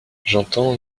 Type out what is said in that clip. j’entends